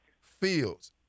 fields